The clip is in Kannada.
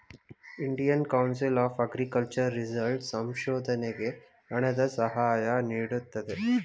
Indian Council of Agriculture result ಸಂಶೋಧನೆಗೆ ಹಣದ ಸಹಾಯ ನೀಡುತ್ತದೆ